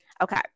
Okay